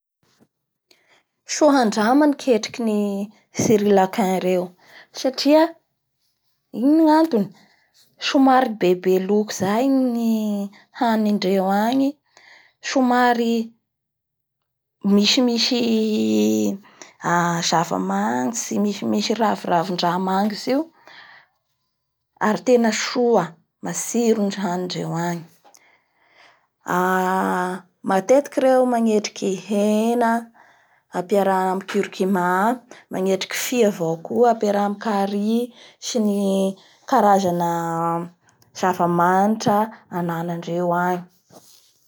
Soa handrama ny ketrikin'ny sirlankain reo satria ino ngatony?somary bebeloky zay ny hanindreo agny, somary misimisy aa zavamangitry misimisy ravindravindraha magnitry ioary tena soa, matsiro ny hanindreo agny matetiky redo magnetriky hena a, aperahy amin'ny curcuma, mangetriky fia avao koa aperahy amin'ny carie sy ny karaza zava-manitra anandreo any